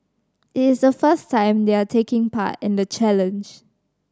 it is the first time they are taking part in the challenge